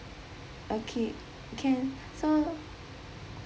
okay can so